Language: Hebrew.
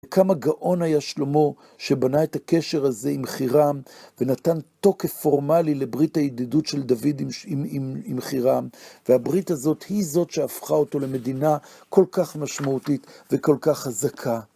כמה גאון היה שלמה שבנה את הקשר הזה עם חירם, ונתן תוקף פורמלי לברית הידידות של דוד עם חירם, והברית הזאת היא זאת שהפכה אותו למדינה כל כך משמעותית וכל כך חזקה.